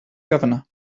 governor